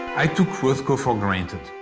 i took rothko for granted.